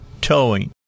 towing